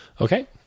Okay